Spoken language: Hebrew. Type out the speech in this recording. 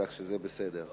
כך שזה בסדר.